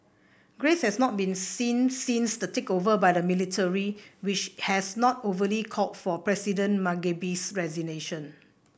grace has not been seen since the takeover by the military which has not overtly called for President Mugabe's resignation